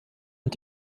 und